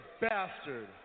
bastard